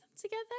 together